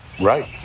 right